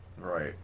Right